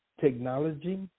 technology